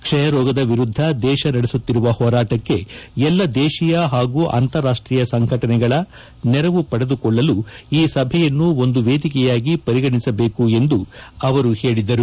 ಕ್ಷಯ ರೋಗದ ವಿರುದ್ಧ ದೇಶ ನಡೆಸುತ್ತಿರುವ ಹೋರಾಟಕ್ಕೆ ಎಲ್ಲಾ ದೇಶೀಯ ಹಾಗೂ ಅಂತಾರಾಷ್ಷೀಯ ಸಂಘಟನೆಗಳ ನೆರವು ಪಡೆದುಕೊಳ್ಲಲು ಈ ಸಭೆ ಒಂದು ವೇದಿಕೆಯಾಗಿ ಪರಿಗಣಿಸಬೇಕು ಎಂದು ಅವರು ಹೇಳಿದರು